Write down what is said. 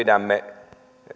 pidämme